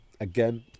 Again